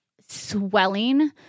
swelling